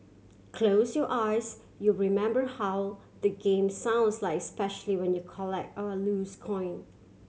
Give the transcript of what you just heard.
close your eyes you'll remember how the game sounds like especially when you collect or lose coin